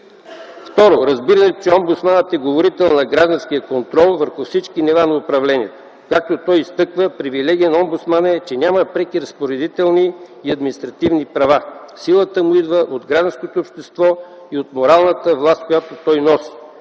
Второ, разбирането, че Омбудсманът е говорител на гражданския контрол върху всички нива на управление. Както той изтъкна, привилегия на Омбудсмана е, че няма преки разпоредителни и административни права. Силата му идва от гражданското общество и от моралната власт, която той носи.